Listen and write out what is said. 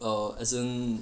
err as in